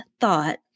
thought